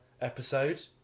episode